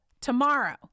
tomorrow